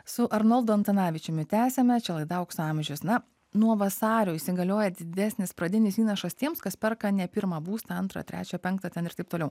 su arnoldu antanavičiumi tęsiame čia laida aukso amžius na nuo vasario įsigalioja didesnis pradinis įnašas tiems kas perka ne pirmą būstą antrą trečią penktą ten ir taip toliau